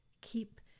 keep